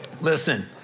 listen